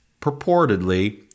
purportedly